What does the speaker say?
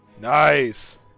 Nice